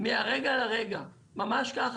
מהרגע לרגע, ממש ככה.